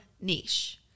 niche